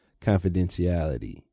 confidentiality